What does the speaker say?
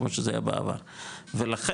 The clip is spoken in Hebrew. כמו שהיה בעבר ולכן,